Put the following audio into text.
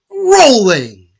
rolling